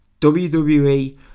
WWE